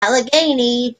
allegheny